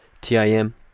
T-I-M